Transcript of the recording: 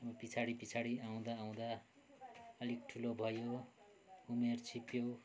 पिछाडि पिछाडि आउँदा आउँदा अलिक ठुलो भयौँ उमेर छिप्पियो